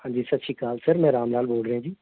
ਹਾਂਜੀ ਸਤਿ ਸ਼੍ਰੀ ਅਕਾਲ ਸਰ ਰਾਮ ਲਾਲ ਬੋਲ ਰਿਹਾ ਜੀ